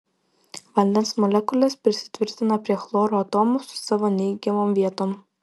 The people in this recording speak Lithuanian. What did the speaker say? vandens molekulės prisitvirtina prie chloro atomų su savo neigiamom vietom